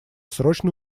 срочно